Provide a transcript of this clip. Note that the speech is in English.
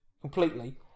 completely